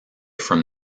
from